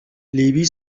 لیبی